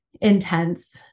intense